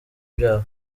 byabo